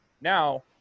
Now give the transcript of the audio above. Now